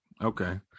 okay